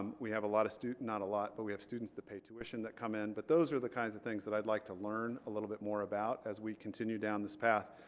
um we have a lot of student not a lot but we have students that pay tuition that come in but those are the kinds of things that i'd like to learn a little bit more about as we continue down this path.